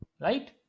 Right